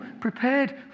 prepared